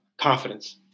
confidence